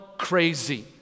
Crazy